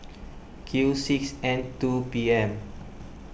Q six N two P M